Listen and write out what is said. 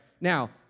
Now